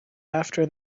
after